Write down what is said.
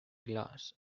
glass